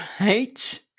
Right